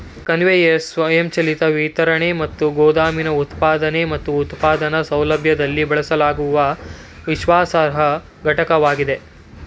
conveyor ಸ್ವಯಂಚಾಲಿತ ವಿತರಣೆ ಮತ್ತು ಗೋದಾಮಿನ ಉತ್ಪಾದನೆ ಮತ್ತು ಉತ್ಪಾದನಾ ಸೌಲಭ್ಯದಲ್ಲಿ ಬಳಸಲಾಗುವ ವಿಶ್ವಾಸಾರ್ಹ ಘಟಕವಾಗಿದೆ